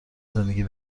زندگی